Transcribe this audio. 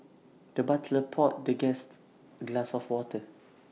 the butler poured the guest glass of water